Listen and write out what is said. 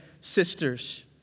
sisters